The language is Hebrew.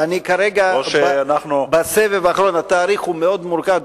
או שאנחנו, בסבב האחרון, התהליך הוא מאוד מורכב.